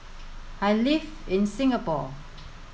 I live in Singapore